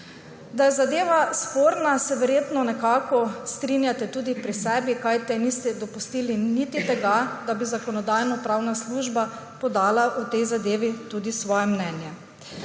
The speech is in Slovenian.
Da je zadeva sporna, se verjetno strinjate tudi pri sebi, kajti niste dopustili niti tega, da bi Zakonodajno-pravna služba podala o tej zadevi tudi svoje mnenje.